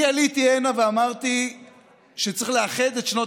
אני עליתי הנה ואמרתי שצריך לאחד את שנות